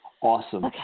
Awesome